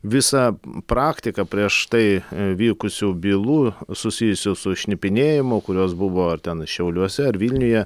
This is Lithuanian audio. visą praktika prieš tai vykusių bylų susijusių su šnipinėjimu kurios buvo ar ten šiauliuose ar vilniuje